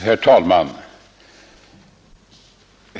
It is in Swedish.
Herr talman!